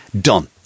done